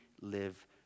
live